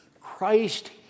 Christ